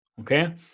Okay